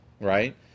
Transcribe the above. right